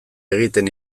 egiten